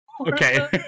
okay